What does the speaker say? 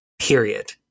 period